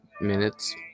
minutes